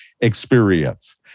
experience